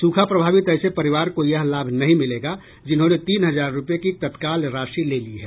सूखा प्रभावित ऐसे परिवार को यह लाभ नहीं मिलेगा जिन्होंने तीन हजार रूपये की तत्काल राशि ले ली है